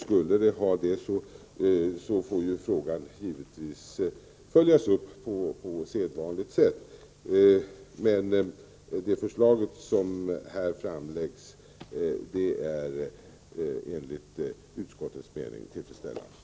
Skulle det ha någon sådan betydelse får frågan givetvis följas upp på sedvanligt sätt. Det förslag som här framläggs är emellertid enligt utskottets mening tillfredsställande.